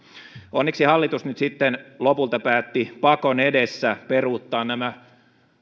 onneksi hallitus lopulta päätti pakon edessä peruuttaa nämä